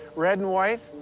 red and white?